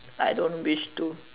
I don't wish to